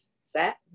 set